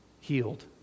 healed